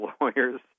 lawyers